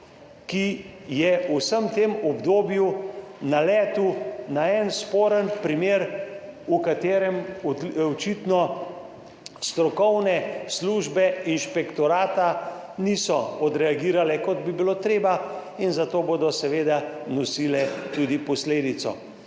(VI) 12.05 (nadaljevanje) na en sporen primer, v katerem očitno strokovne službe inšpektorata niso odreagirale kot bi bilo treba in zato bodo seveda nosile tudi posledico.